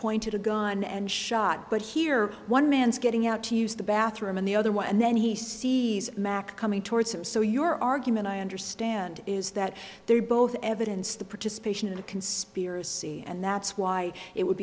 pointed a gun and shot but here one man's getting out to use the bathroom and the other one and then he sees mack coming towards him so your argument i understand is that they're both evidence the participation in the conspiracy and that's why it would